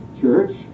church